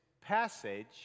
passage